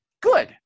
good